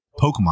Pokemon